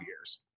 years